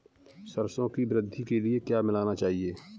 सरसों की वृद्धि के लिए क्या मिलाना चाहिए?